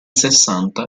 sessanta